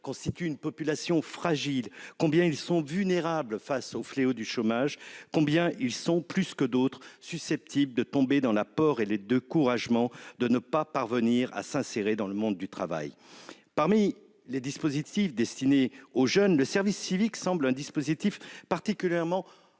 constituent une population fragile, combien ils sont vulnérables face au fléau du chômage, combien ils sont, plus que d'autres, susceptibles de tomber dans le découragement et la crainte de ne pas parvenir à s'insérer dans le monde du travail. Parmi les dispositifs destinés aux jeunes, le service civique semble particulièrement